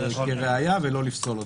כראיה וזה לא ייפסל.